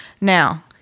Now